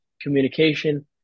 communication